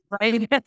Right